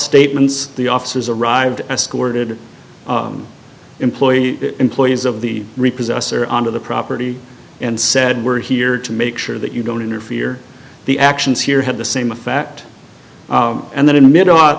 statements the officers arrived escorted employee employees of the reapers us or onto the property and said we're here to make sure that you don't interfere the actions here have the same effect and then in the middle